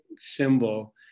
symbol